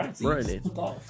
Running